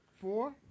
Four